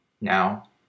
Now